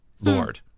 Lord